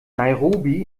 nairobi